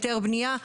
היתר בנייה,